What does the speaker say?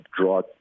draw